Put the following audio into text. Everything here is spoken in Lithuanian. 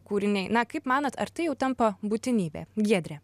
kūriniai na kaip manot ar tai jau tampa būtinybė giedrė